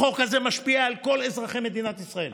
החוק הזה משפיע על כל אזרחי מדינת ישראל,